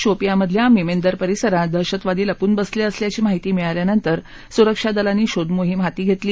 शोपियाँमधल्या मिमेंदर परिसरात दहशतवादी लपून बसलेले असल्याची माहिती मिळाल्यानंतर सुरक्षा दलांनी शोधमोहिम हाती घेतली